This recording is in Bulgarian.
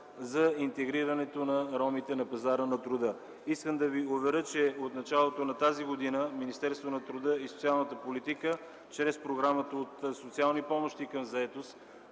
за интегрирането на ромите на пазара на труда. Искам да ви уверя, че от началото на тази година Министерството на труда и социалната политика чрез Програмата „От социални помощи към заетост”,